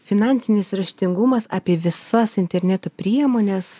finansinis raštingumas apie visas interneto priemones